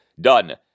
done